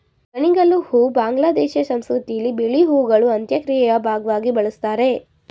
ಗಣಿಗಲು ಹೂ ಬಾಂಗ್ಲಾದೇಶ ಸಂಸ್ಕೃತಿಲಿ ಬಿಳಿ ಹೂಗಳು ಅಂತ್ಯಕ್ರಿಯೆಯ ಭಾಗ್ವಾಗಿ ಬಳುಸ್ತಾರೆ